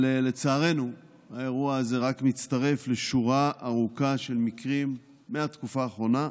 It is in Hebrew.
לצערנו האירוע הזה רק מתווסף לשורה ארוכה של מקרים מהתקופה האחרונה.